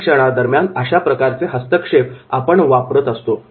प्रशिक्षणादरम्यान अशाप्रकारचे हस्तक्षेप आपण वापरत असतो